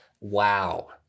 wow